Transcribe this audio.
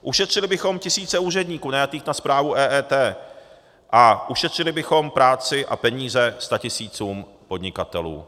Ušetřili bychom tisíce úředníků najatých na správu EET a ušetřili bychom práci a peníze statisícům podnikatelů.